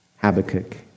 Habakkuk